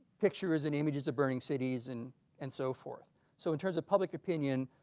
pictures and images of burning cities and and so forth so in terms of public opinion